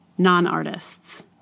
non-artists